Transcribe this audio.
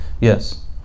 Yes